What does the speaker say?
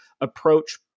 approach